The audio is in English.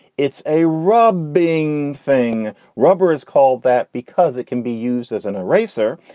it's a rubber being thing. rubber is called that because it can be used as an eraser.